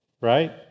Right